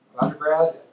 undergrad